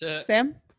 Sam